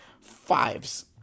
fives